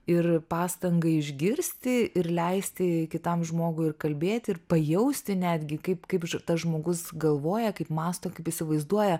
ir pastangą išgirsti ir leisti kitam žmogui ir kalbėti ir pajausti netgi kaip kaip tas žmogus galvoja kaip mąsto kaip įsivaizduoja